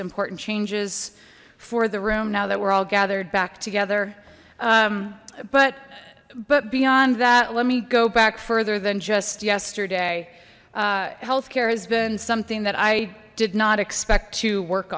important changes for the room now that we're all gathered back together but but beyond that let me go back further than just yesterday health care has been something that i did not expect to work